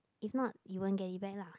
if not you won't get it back lah